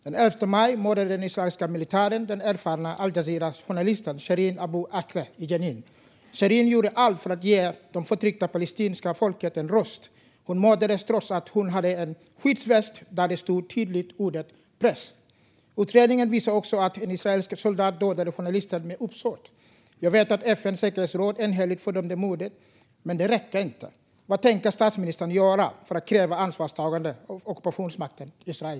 Den 11 maj mördade den israeliska militären den erfarna al-Jazira-journalisten Shireen Abu Akleh i Jenin. Shireen gjorde allt för att ge det förtryckta palestinska folket en röst. Hon mördades trots att hon hade en skyddsväst där ordet press stod tydligt. Utredningen visade att en israelisk soldat dödade journalisten med uppsåt. Jag vet att FN:s säkerhetsråd enhälligt har fördömt mordet, men det räcker inte. Vad tänker statsministern göra för att kräva ansvarstagande av ockupationsmakten Israel?